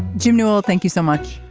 jim newell thank you so much.